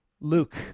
Luke